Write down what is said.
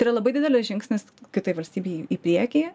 tai yra labai didelis žingsnis kitai valstybei į priekį